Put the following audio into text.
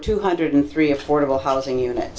two hundred three affordable housing unit